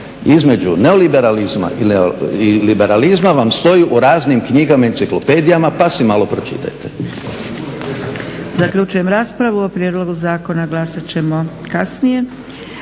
između neoliberalizma i liberalizma vam stoji u raznim knjigama i enciklopedijama pa si malo pročitajte.